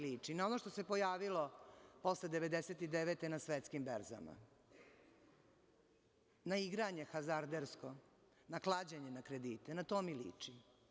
Liči mi na ono što se pojavilo posle 1999. godine na svetskim berzama, na igranje hazardersko, na klađenje na kredite, na to mi liči.